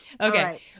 Okay